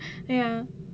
ya